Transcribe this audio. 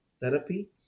therapy